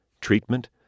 treatment